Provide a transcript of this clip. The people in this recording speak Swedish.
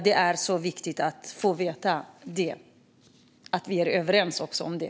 Det är viktigt att få veta det och att vi är överens om det.